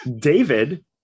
david